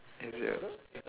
is it